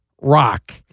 Rock